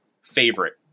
favorite